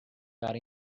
ficar